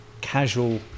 casual